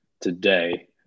today